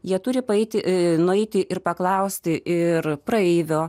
jie turi paeiti nueiti ir paklausti ir praeivio